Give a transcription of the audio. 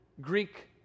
Greek